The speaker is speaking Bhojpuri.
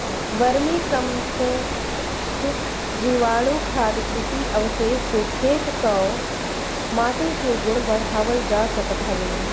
वर्मी कम्पोस्ट, जीवाणुखाद, कृषि अवशेष से खेत कअ माटी के गुण बढ़ावल जा सकत हवे